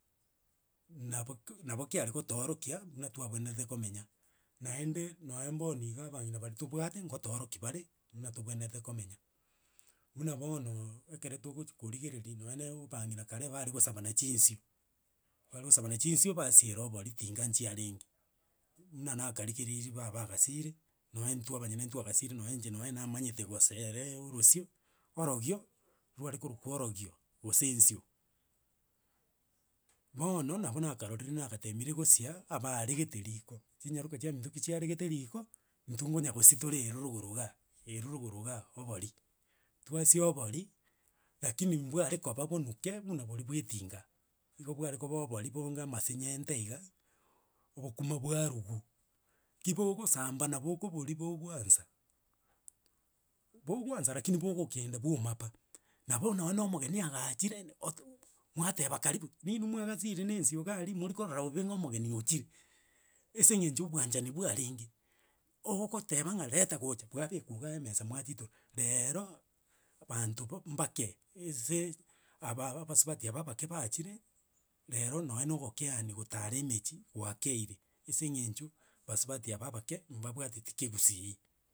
Naboki nabo kiare gotoorokia buna twabweerete komenya naende, nonye mbono iga abang'ina baria tobwate ngotoorokia bare buna tobwenerete komenya. Buna bono ekere togochia korigereria nonye abang'ina kare bare gosabana chinsio, bare gosabana chinsio basiera obori tinga nchiarenge, buna nakarigereiri baba agasire nonye intwe abanyene ntwagasire nonye inche nonye namanyete goseere orosio, orogio rwarekorokwa orogio gose ensio. Bono, nabo nakarorire nagatemire gosia abaaregete riko, chinyaroka chiaminto ki chiaregete riko, intwe nkonya gosia tore eru rogoro iga, eru rogoro igaa obori, twasia obori, rakini mbware koba bonuke buna boria bwa etinga. Igo bware koba obori bonga amasenyente iga, obokima bwarugwa, ki bogosamba nabo okoboria bogwansa, bogwansa rakini bogokenda bwaoma pa. Nabono nonye omogeni agachire ni ot otabwateba karibu, ninwe mwagasire na ensio iga aria mori korora obe ng'a omogeni ochire ase eng'encho obwanchani bwarenge, ogogoteba ng'a reta gocha bwabekwa igaa emesa mwatitora. Rero, banto bambake, ase aba abasubati aba abake baachire, rero nonye na ogokea ni gotara emechie gwakeire, ase eng'encho basubati aba abake mbabwateti kegusii.